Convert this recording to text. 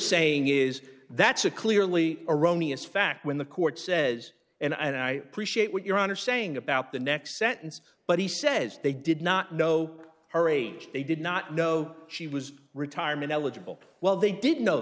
saying is that's a clearly erroneous fact when the court says and i appreciate what your honor saying about the next sentence but he says they did not know her age they did not know she was retirement eligible well they didn't know